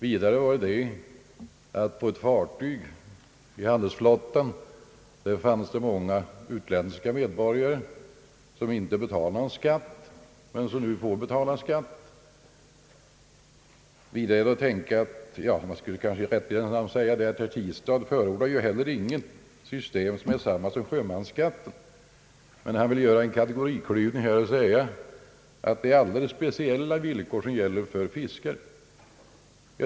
Vidare fanns det på fartyg i handelsflottan många utländska medborgare, som inte betalade skatt men som nu får betala skatt. Jag kanske i rättvisans namn skall tillägga att herr Tistad ju inte heller förordar något system som är detsamma som sjömansskatten. Men han vill göra en kategoriklyvning med hänsyn till de speciella villkor som gäller för fiskare.